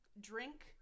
drink